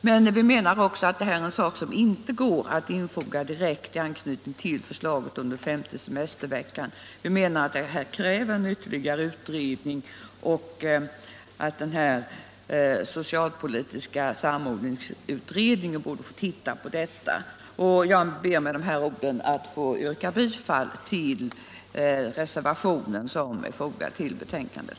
Men detta är en sak som inte går att infoga direkt i förslaget om den femte semesterveckan. Det kräver en ytterligare utredning. Därför borde den socialpolitiska samordningsutredningen få se över förslaget. Jag ber med dessa ord att få yrka bifall till reservationen, som är fogad till betänkandet.